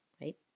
right